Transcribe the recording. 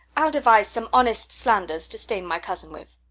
i'll devise some honest slanders to stain my cousin with.